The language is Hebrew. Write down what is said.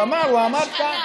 הוא אמר, בהשאלה.